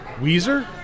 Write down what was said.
Weezer